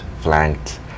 flanked